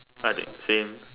card the same